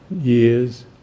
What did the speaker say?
years